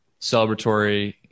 celebratory